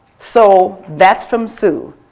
so that's from sue.